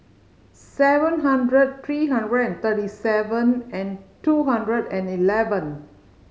seven hundred three hundred and thirty seven and two hundred and eleven